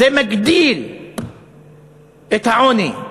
זה מגדיל את העוני.